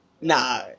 Nah